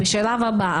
בשלב הבא,